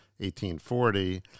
1840